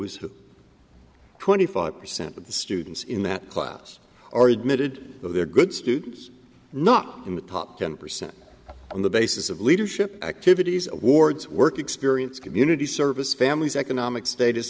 is twenty five percent of the students in that class are admitted they're good students not in the top ten percent on the basis of leadership activities awards work experience community service families economic status